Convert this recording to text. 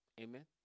Amen